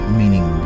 meaning